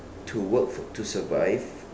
to work to survive